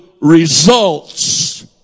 results